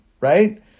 right